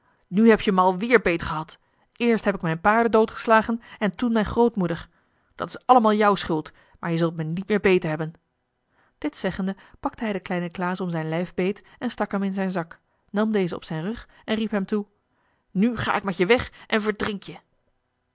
nu heb je mij al weer beetgehad eerst heb ik mijn paarden doodgeslagen en toen mijn grootmoeder dat is allemaal jouw schuld maar je zult mij niet meer beethebben dit zeggende pakte hij den kleinen klaas om zijn lijf beet en stak hem in zijn zak nam dezen op zijn rug en riep hem toe nu ga ik met je weg en verdrink je